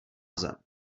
zem